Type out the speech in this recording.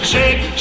Shake